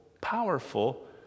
powerful